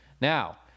Now